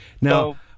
Now